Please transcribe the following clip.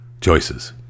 choices